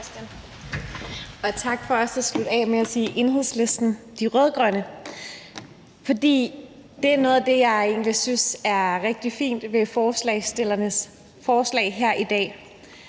tak for at slutte af med at sige »Enhedslisten – De Rød-Grønne«, for noget af det, jeg egentlig synes er rigtig fint ved forslagsstillernes forslag her i dag,